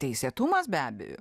teisėtumas be abejo